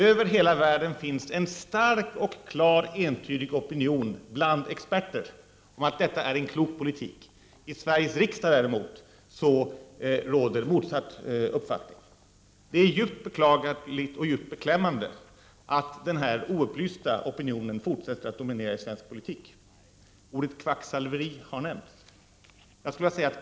Över hela världen finns en stark och klart entydig opinion bland experterna om att detta är en klok politik. I Sveriges riksdag råder däremot motsatt uppfattning. Det är djupt beklagligt och beklämmande att den oupplysta opinionen fortsätter att dominera i svensk politik. Ordet kvacksalveri har nämnts.